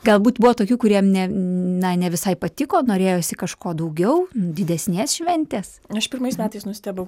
galbūt buvo tokių kuriem ne na ne visai patiko norėjosi kažko daugiau didesnės šventės aš pirmais metais nustebau